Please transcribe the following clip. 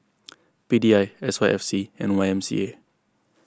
P D I S Y F C and Y M C A